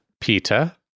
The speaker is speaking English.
Peter